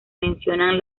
mencionan